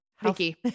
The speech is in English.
Vicky